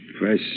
Press